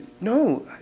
no